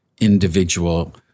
individual